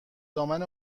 دامن